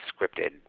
scripted